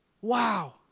Wow